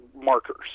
markers